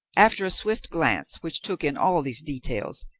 after a swift glance, which took in all these details,